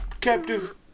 captive